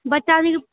बच्चा भी